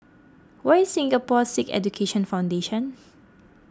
where is Singapore Sikh Education Foundation